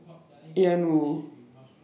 Ian Woo